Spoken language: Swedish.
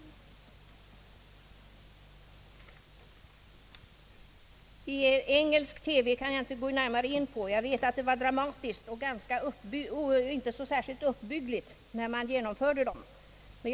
Engelsk TV skall jag inte gå närmare in på. Jag vet att det var dramatiskt och inte särskilt uppbyggligt när reklamen infördes där.